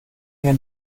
mir